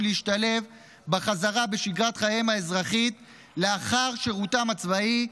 להשתלב בחזרה בשגרת חייהם האזרחית לאחר שירותם הצבאי,